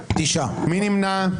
9 נמנעים,